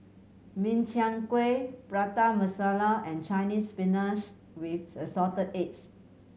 Min Chiang Kueh Prata Masala and Chinese Spinach with Assorted Eggs